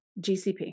GCP